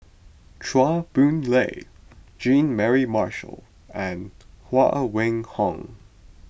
Chua Boon Lay Jean Mary Marshall and Huang Wenhong